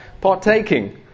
partaking